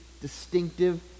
distinctive